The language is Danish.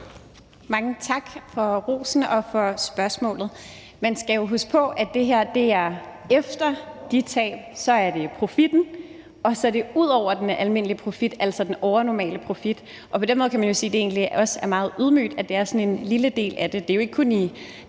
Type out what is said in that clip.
Mange tak for rosen og for spørgsmålet. Man skal jo huske på, det her er efter de tab. Så er det profitten. Og så er det ud over den almindelige profit, altså den overnormale profit. Og på den måde kan man jo sige, at det egentlig også er meget ydmygt, at det er sådan en lille del af det.